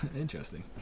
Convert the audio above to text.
interesting